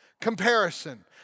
comparison